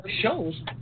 shows